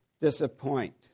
disappoint